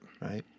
Right